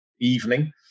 evening